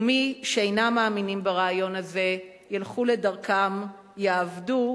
ומי שאינם מאמינים ברעיון הזה, ילכו לדרכם, יעבדו.